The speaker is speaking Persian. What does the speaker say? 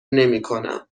نمیکنم